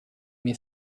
mie